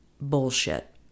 bullshit